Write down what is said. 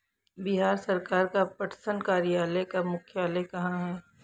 बिहार सरकार का पटसन कार्यालय का मुख्यालय कहाँ है?